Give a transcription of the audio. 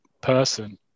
person